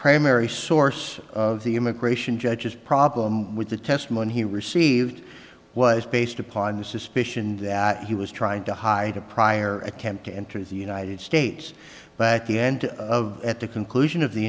primary source of the immigration judges problem with the testimony he received was based upon the suspicion that he was trying to hide a prior attempt to enter the united states but at the end of at the conclusion of the